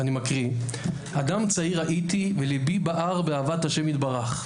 מקריא: "אדם צעיר הייתי וליבי בער באהבת ה' יתברך.